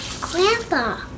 Grandpa